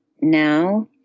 now